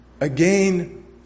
again